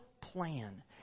plan